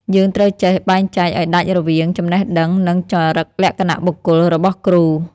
យើងត្រូវចេះបែងចែកឱ្យដាច់រវាង «ចំណេះដឹង» និង «ចរិតលក្ខណៈបុគ្គល» របស់គ្រូ។